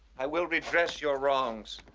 i will redress your wrongs.